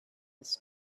his